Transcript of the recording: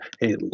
hey